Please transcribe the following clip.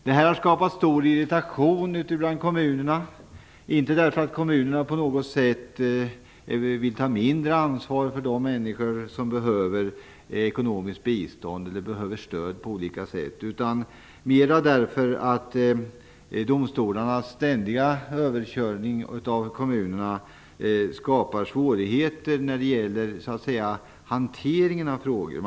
Det här har skapat stor irritation ute bland kommunerna, inte därför att kommunerna på något sätt vill ta mindre ansvar för de människor som behöver ekonomiskt bistånd eller stöd på olika sätt, utan mera därför att domstolarnas ständiga överkörande av kommunerna skapar svårigheter när det gäller hanteringen av frågorna.